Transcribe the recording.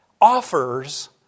offers